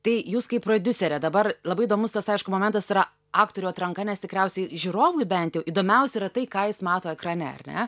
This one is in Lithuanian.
tai jūs kaip prodiuserė dabar labai įdomus tas aišku momentas yra aktorių atranka nes tikriausiai žiūrovui bent jau įdomiausia yra tai ką jis mato ekrane ar ne